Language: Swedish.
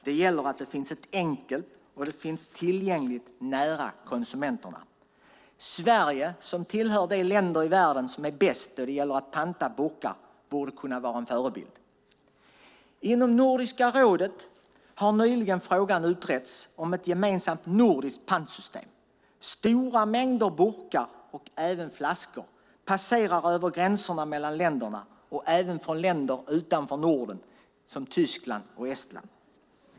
Det gäller att det är enkelt och att återvinningssystemet finns tillgängligt nära konsumenten. Sverige som tillhör de länder i världen som är bäst när det gäller att panta burkar borde kunna vara en förebild. Inom Nordiska rådet har nyligen frågan om ett gemensamt nordiskt pantsystem utretts. Stora mängder burkar och även flaskor passerar över gränserna mellan länderna, även från länder utanför Norden - till exempel Tyskland och Estland.